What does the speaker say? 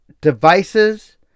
Devices